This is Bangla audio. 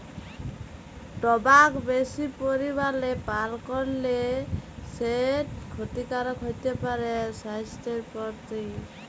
টবাক বেশি পরিমালে পাল করলে সেট খ্যতিকারক হ্যতে পারে স্বাইসথের পরতি